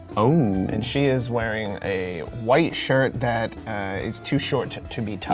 um and she is wearing a white shirt that is too short to be tucked.